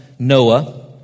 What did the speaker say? Noah